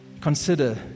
consider